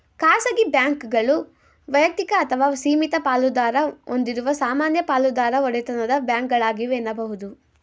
ಖಾಸಗಿ ಬ್ಯಾಂಕ್ಗಳು ವೈಯಕ್ತಿಕ ಅಥವಾ ಸೀಮಿತ ಪಾಲುದಾರ ಹೊಂದಿರುವ ಸಾಮಾನ್ಯ ಪಾಲುದಾರ ಒಡೆತನದ ಬ್ಯಾಂಕ್ಗಳಾಗಿವೆ ಎನ್ನುಬಹುದು